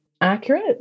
accurate